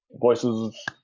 voices